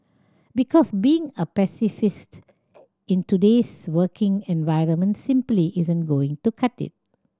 because being a pacifist in today's working environment simply isn't going to cut it